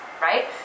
right